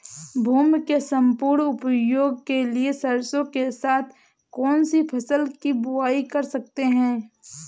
भूमि के सम्पूर्ण उपयोग के लिए सरसो के साथ कौन सी फसल की बुआई कर सकते हैं?